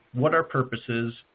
what our purpose is,